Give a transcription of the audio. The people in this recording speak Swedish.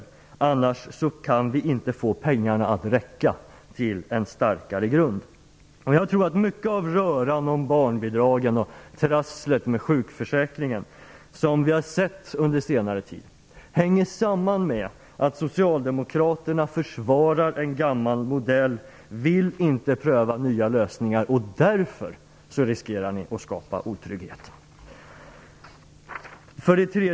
I annat fall kan vi inte få pengarna att räcka till en starkare grund. Jag tror att mycket av röran när det gäller barnbidragen och trasslet med sjukförsäkringen som vi har sett under senare tid hänger samman med att Socialdemokraterna försvarar en gammal modell och inte vill pröva nya lösningar. Därför riskerar man att skapa otrygghet.